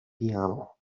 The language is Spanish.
piano